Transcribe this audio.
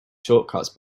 shortcuts